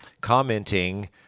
commenting